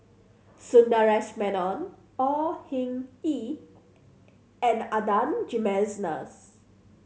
Sundaresh Menon Au Hing Yee and Adan Jimenez